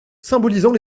symbolisant